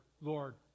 Lord